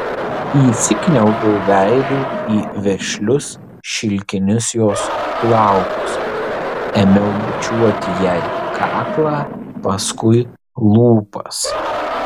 įsikniaubiau veidu į vešlius šilkinius jos plaukus ėmiau bučiuoti jai kaklą paskui lūpas